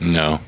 no